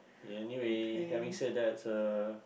anyway having said that uh